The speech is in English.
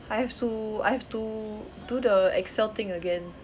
I have to I have to do the excel thing again